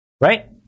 right